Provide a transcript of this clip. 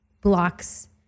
blocks